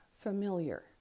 familiar